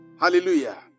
hallelujah